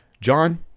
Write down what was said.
John